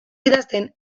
idazten